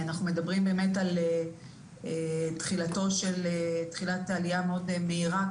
אנחנו מדברים על תחילת עלייה מאוד מהירה של התחלואה,